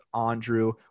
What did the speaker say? Andrew